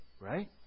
right